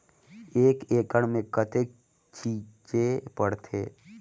एक एकड़ मे कतेक छीचे पड़थे?